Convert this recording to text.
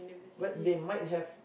but they might have